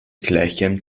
gleichem